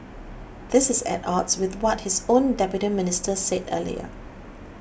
this is at odds with what his own Deputy Minister said earlier